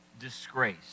disgrace